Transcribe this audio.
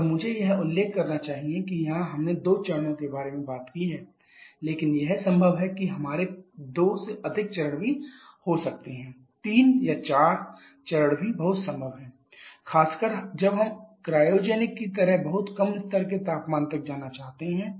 और मुझे यह उल्लेख करना चाहिए कि यहाँ हमने दो चरणों के बारे में बात की है लेकिन यह संभव है कि हमारे दो से अधिक चरण भी हो सकते हैं तीन या चार चरण भी बहुत संभव हैं खासकर जब हम क्रायोजेनिक की तरह बहुत कम स्तर के तापमान तक जाना चाहते हैं